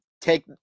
take